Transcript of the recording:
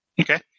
Okay